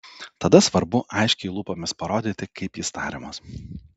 tada svarbu aiškiai lūpomis parodyti kaip jis tariamas